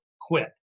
quit